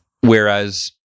whereas